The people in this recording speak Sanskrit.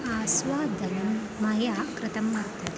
आस्वादनं मया कृतं वर्तते